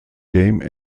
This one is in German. game